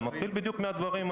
קודם כל שתירגע.